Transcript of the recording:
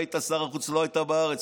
כשהיית שר החוץ כמעט שלא היית בארץ,